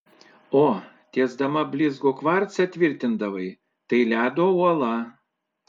o tiesdama blizgų kvarcą tvirtindavai tai ledo uola